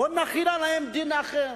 בואו נחיל עליהם דין אחר.